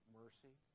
mercy